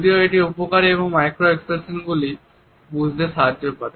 যদিও এটি উপকারী এবং মাইক্রো এক্সপ্রেশনগুলো বুঝতে সাহায্য করে